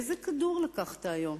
איזה כדור לקחת היום?